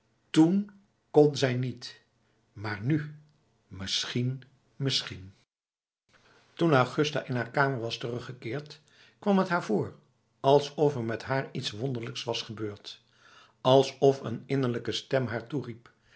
toen kon zij niet maar nu misschien misschien toen augusta in haar kamer was teruggekeerd kwam het haar voor alsof er met haar iets wonderlijks was gebeurd alsof een innerlijke stem haar